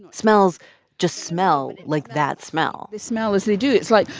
smells just smell like that smell they smell as they do. it's like,